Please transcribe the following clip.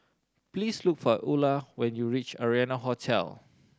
please look for Ula when you reach Arianna Hotel